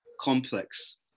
complex